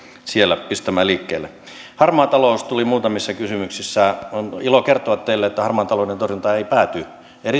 siellä pistämään liikkeelle harmaa talous tuli muutamissa kysymyksissä on ilo kertoa teille että harmaan talouden torjunta ei pääty